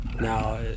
Now